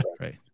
right